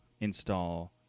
install